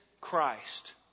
Christ